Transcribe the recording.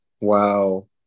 Wow